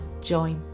join